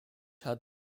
had